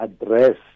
address